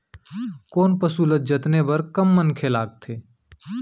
कोन पसु ल जतने बर कम मनखे लागथे?